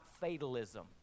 fatalism